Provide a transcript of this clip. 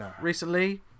recently